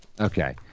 Okay